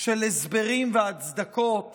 של הסברים והצדקות